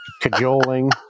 cajoling